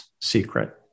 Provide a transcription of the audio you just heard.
secret